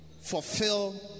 fulfill